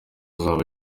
azaba